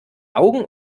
augen